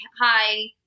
hi